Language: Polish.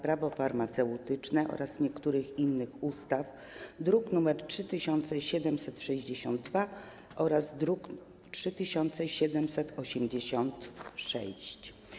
Prawo farmaceutyczne oraz niektórych innych ustaw, druki nr 3762 oraz 3786.